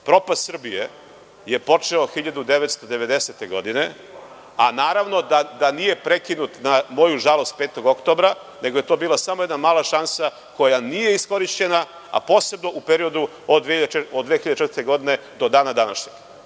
Propast Srbije je počeo 1990. godine, a naravno da nije prekinut, na moju žalost, 5. oktobra, nego je to bila samo jedna mala šansa koja nije iskorišćena, a posebno u periodu od 2004. godine do dana današnjeg. Ne